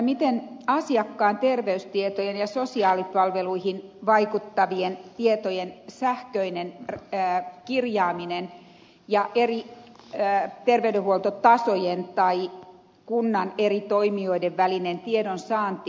miten asiakkaan terveystietojen ja sosiaalipalveluihin vaikuttavien tietojen sähköinen kirjaaminen ja eri terveydenhuoltotasojen tai kunnan eri toimijoiden välinen sähköinen tiedonsaanti etenee